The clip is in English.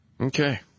Okay